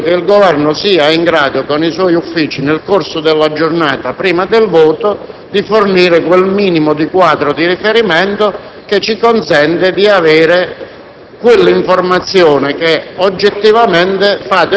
Mi rendo conto delle difficoltà, ma credo che il Governo sia in grado con i suoi uffici, nel corso della giornata, prima del voto, di fornire quel minimo quadro di riferimento, quell'informazione,